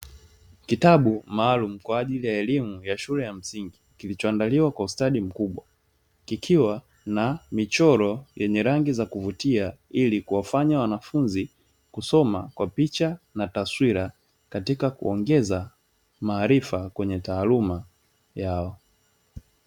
Kitabu maalumu kwa ajili ya elimu ya shule ya msingi kilichoandaliwa kwa ustadi mkubwa kikiwa na michoro yenye rangi za kuvutia, ili kuwafanya wanafunzi kusoma kwa picha na taswira katika kuongeza maarifa kwenye taaluma yao.